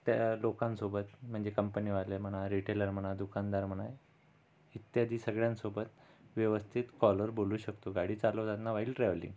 त्या लोकांसोबत म्हणजे कंपनीवाले म्हणा रिटेलर म्हणा दुकानदार म्हणा इत्यादी सगळ्यांसोबत व्यवस्थित कॉलवर बोलू शकतो गाडी चालवताना व्हाईल ट्रॅव्हलिंग